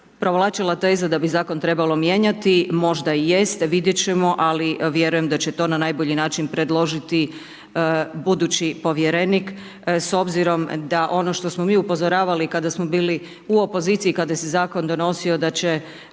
provlačila teza da bi Zakon trebalo mijenjati, možda i jeste, vidjet ćemo, ali vjerujem da će to na najbolji način predložiti budući Povjerenik, s obzirom da ono što smo mi upozoravali, kada smo bili u opoziciji, kada se Zakon donosio, da će